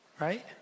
right